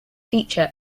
feature